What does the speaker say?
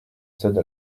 cède